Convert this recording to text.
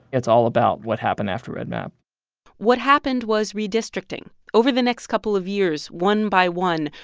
it's all about what happened after redmap what happened was redistricting. over the next couple of years, one by one,